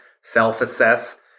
self-assess